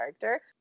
character